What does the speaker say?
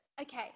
Okay